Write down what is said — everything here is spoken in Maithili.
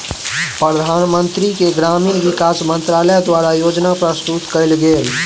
प्रधानमंत्री के ग्रामीण विकास मंत्रालय द्वारा योजना प्रस्तुत कएल गेल